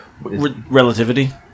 Relativity